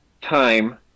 time